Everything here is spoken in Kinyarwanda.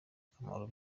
kamaro